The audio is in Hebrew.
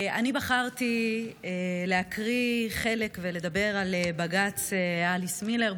אני בחרתי להקריא חלק ולדבר על בג"ץ אליס מילר,